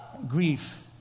Grief